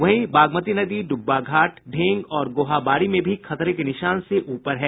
वहीं बागमती नदी डुब्बा घाट ढेंग और गोहाबारी में भी खतरे के निशान से ऊपर है